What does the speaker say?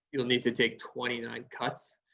you'll need to take twenty nine cuts,